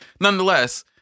nonetheless